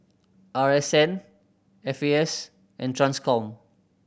R S N F A S and Transcom